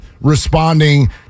Responding